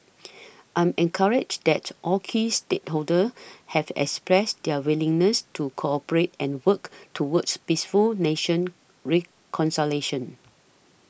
I am encouraged that all key stakeholders have expressed their willingness to cooperate and work towards peaceful national reconciliation